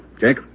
Jake